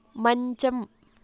మంచం